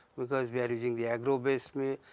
because we are using the agro base mill,